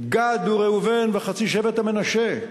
גד וראובן וחצי שבט המנשה,